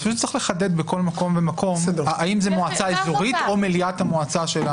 אז פשוט צריך לחדד בכל מקום האם זו מועצה אזורית או מליאת המועצה.